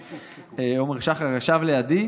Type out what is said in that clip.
עומר שחר ישב ממש לידי,